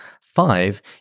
Five